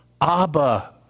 Abba